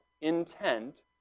intent